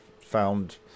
found